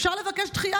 אפשר לבקש דחייה,